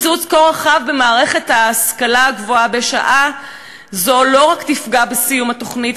קיצוץ כה רחב במערכת ההשכלה הגבוהה בשעה זו לא רק שיפגע בסיום התוכנית,